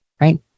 right